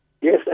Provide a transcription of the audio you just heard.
Yes